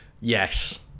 Yes